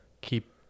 keep